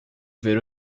ver